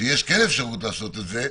שכן יש אפשרות לעשות את זה,